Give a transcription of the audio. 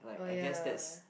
oh ya